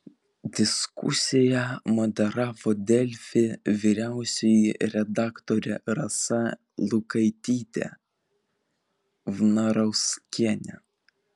diskusiją moderavo delfi vyriausioji redaktorė rasa lukaitytė vnarauskienė